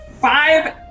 five